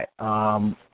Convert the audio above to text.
right